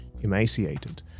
emaciated